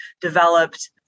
developed